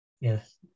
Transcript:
Yes